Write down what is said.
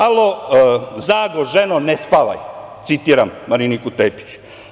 Alo, Zago, ženo, ne spavaj“, citiram Mariniku Tepić.